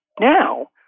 now